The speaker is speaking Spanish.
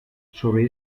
sobre